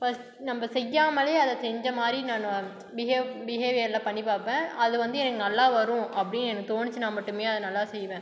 first நம்ம செய்யாமலே அதை செய்த மாதிரி நானு பிஹேவ் பிஹேவியரில் பண்ணிப்பார்ப்பேன் அது வந்து எனக்கு நல்லா வரும் அப்படினு எனக்கு தோணுச்சுனா மட்டுமே அதை நல்லா செய்வேன்